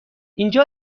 اینجا